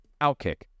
Outkick